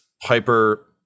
Piper